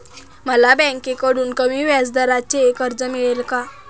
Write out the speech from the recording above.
मला बँकेकडून कमी व्याजदराचे कर्ज मिळेल का?